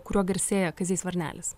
kuriuo garsėja kazys varnelis